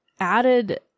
added